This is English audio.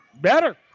better